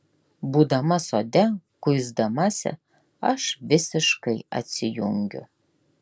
būdama sode kuisdamasi aš visiškai atsijungiu